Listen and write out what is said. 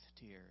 tears